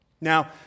Now